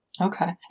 Okay